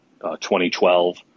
2012